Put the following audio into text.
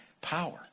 power